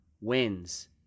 wins